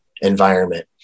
environment